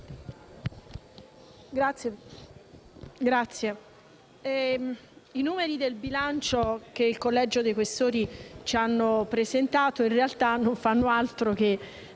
i numeri di bilancio che il Collegio dei Questori ha presentato in realtà non fanno altro che